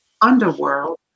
underworld